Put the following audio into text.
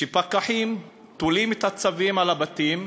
שפקחים תולים את הצווים על הבתים,